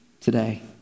today